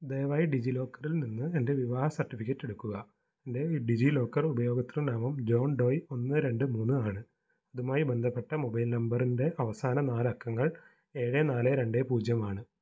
ദയവായി ഡിജി ലോക്കറിൽ നിന്ന് എൻ്റെ വിവാഹ സർട്ടിഫിക്കറ്റ് എടുക്കുക എൻ്റെ ഡിജി ലോക്കർ ഉപയോക്തൃ നാമം ജോൺ ഡോയ് ഒന്ന് രണ്ട് മൂന്ന് ആണ് അതുമായി ബന്ധപ്പെട്ട മൊബൈൽ നമ്പറിൻ്റെ അവസാന നാല് അക്കങ്ങൾ ഏഴ് നാല് രണ്ട് പൂജ്യം ആണ്